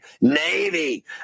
Navy